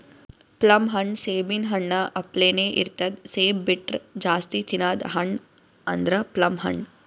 plum ಹಣ್ಣ್ ಸೇಬಿನ್ ಹಣ್ಣ ಅಪ್ಲೆನೇ ಇರ್ತದ್ ಸೇಬ್ ಬಿಟ್ರ್ ಜಾಸ್ತಿ ತಿನದ್ ಹಣ್ಣ್ ಅಂದ್ರ ಪ್ಲಮ್ ಹಣ್ಣ್